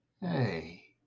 Hey